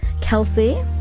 Kelsey